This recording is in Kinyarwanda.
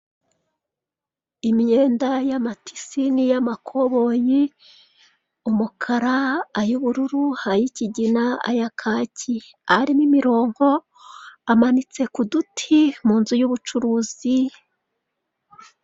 Imyenda y'amatisi niy'amakoboyi; umukara, ay'ubururu, ay'ikigina, aya kaki, arimo imirongo amanitse ku duti mu nzu y'ubucuruzi.